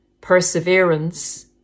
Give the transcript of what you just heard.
perseverance